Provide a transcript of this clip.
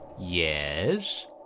Yes